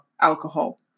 alcohol